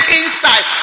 inside